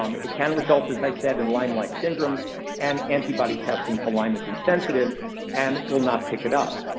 um it can result, as i said, in lyme-like syndromes. and antibody testing for lyme is insensitive and will not pick it up.